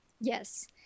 Yes